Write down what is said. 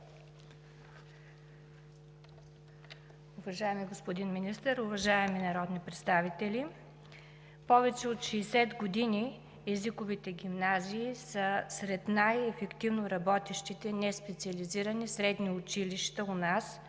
Уважаеми господин Министър, уважаеми народни представители! Повече от 60 години езиковите гимназии са сред най-ефективно работещите неспециализирани средни училища у нас